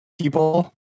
people